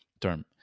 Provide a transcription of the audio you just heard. term